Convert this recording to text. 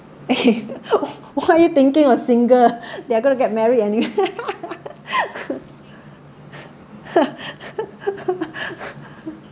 what are you thinking of single they are going to get married anyway